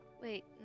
Wait